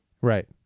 Right